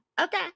okay